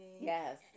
yes